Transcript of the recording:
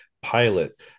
pilot